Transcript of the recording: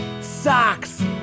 Socks